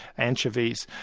anchovies,